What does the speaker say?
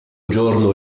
giorno